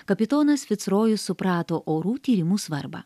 kapitonas fitsrojus suprato orų tyrimų svarbą